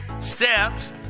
steps